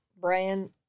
Brian